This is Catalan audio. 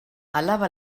alaba